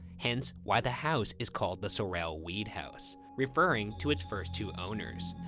hence why the house is called the sorrel-weed house, referring to its first two owners.